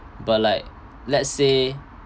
but like let's say